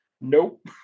Nope